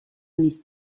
نیست